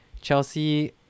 Chelsea